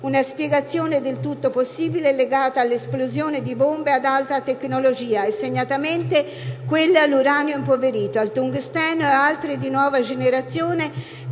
Una spiegazione del tutto possibile è legata all'esplosione di bombe ad alta tecnologia e segnatamente quelle all'uranio impoverito, al tungsteno ed altre di nuova generazione